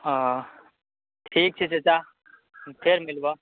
हँ ठीक छै चचा फेर मिलबऽ